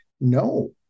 no